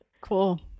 cool